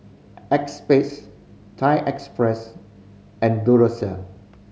Acexspade Thai Express and Duracell